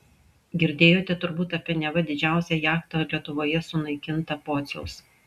girdėjote turbūt apie neva didžiausią jachtą lietuvoje sunaikintą pociaus